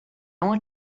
want